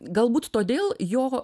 galbūt todėl jo